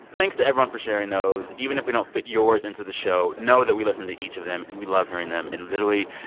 thanks to everyone for sharing those. even if we don't fit yours into the show, know that we listen to each of them, and we love hearing them. and, literally,